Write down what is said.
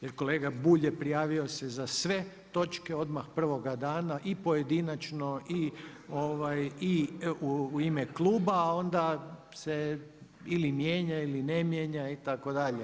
Jer kolega Bulj je prijavio se za sve točke odmah prvoga dana i pojedinačno i u ime kluba, a onda se ili mijenja ili ne mijenja itd.